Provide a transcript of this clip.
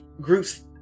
group's